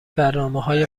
برنامههای